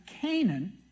Canaan